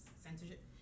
censorship